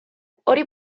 hori